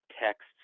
texts